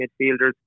midfielders